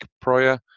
prior